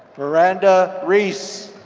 miranda reece.